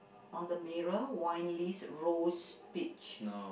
on the mirror winely's rose peach